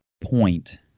point